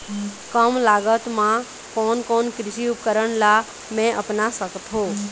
कम लागत मा कोन कोन कृषि उपकरण ला मैं अपना सकथो?